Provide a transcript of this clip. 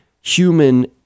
human